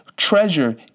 treasure